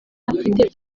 afite